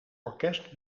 orkest